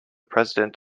president